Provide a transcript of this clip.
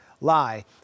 lie